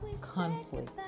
conflict